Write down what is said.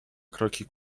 kroki